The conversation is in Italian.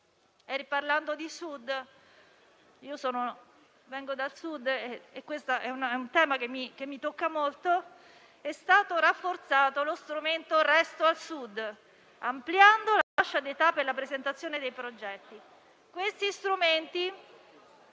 mi tocca molto - è stato rafforzato lo strumento "Resto al Sud", ampliando la fascia di età per la presentazione dei progetti. Questi strumenti,